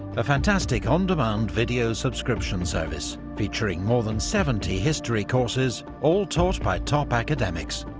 a fantastic on-demand video subscription service featuring more than seventy history courses, all taught by top academics.